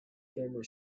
former